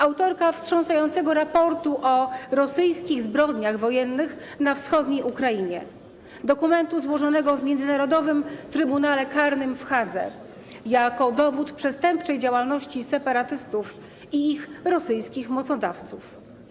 Autorka wstrząsającego raportu o rosyjskich zbrodniach wojennych na wschodniej Ukrainie - dokumentu złożonego w Międzynarodowym Trybunale Karnym w Hadze jako dowód przestępczej działalności separatystów i ich rosyjskich mocodawców.